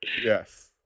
yes